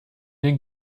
den